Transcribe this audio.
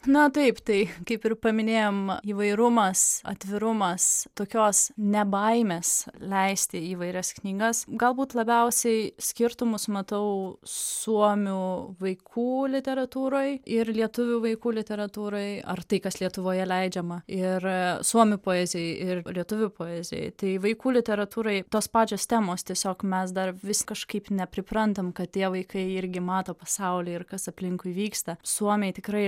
na taip tai kaip ir paminėjom įvairumas atvirumas tokios ne baimės leisti įvairias knygas galbūt labiausiai skirtumus matau suomių vaikų literatūroj ir lietuvių vaikų literatūroj ar tai kas lietuvoje leidžiama ir suomių poezijoj ir lietuvių poezijoj tai vaikų literatūroj tos pačios temos tiesiog mes dar vis kažkaip nepriprantam kad tie vaikai irgi mato pasaulį ir kas aplinkui vyksta suomiai tikrai